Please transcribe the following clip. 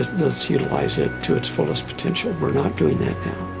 let's utilize it to its fullest potential. we're not doing that